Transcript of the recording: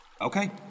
Okay